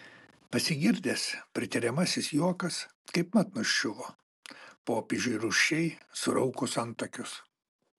pasigirdęs pritariamas juokas kaipmat nuščiuvo popiežiui rūsčiai suraukus antakius